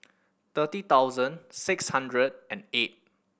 thirty thousand six hundred and eight